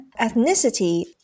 Ethnicity